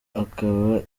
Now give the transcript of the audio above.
akaba